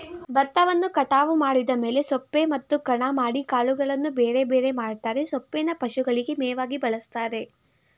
ಬತ್ತವನ್ನು ಕಟಾವು ಮಾಡಿದ ಮೇಲೆ ಸೊಪ್ಪೆ ಮತ್ತು ಕಣ ಮಾಡಿ ಕಾಳುಗಳನ್ನು ಬೇರೆಬೇರೆ ಮಾಡ್ತರೆ ಸೊಪ್ಪೇನ ಪಶುಗಳಿಗೆ ಮೇವಾಗಿ ಬಳಸ್ತಾರೆ